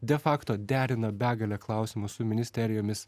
dėl fakto derina begalę klausimų su ministerijomis